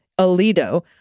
Alito